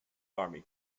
army